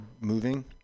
moving